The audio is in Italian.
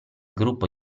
gruppo